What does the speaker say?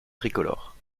tricolore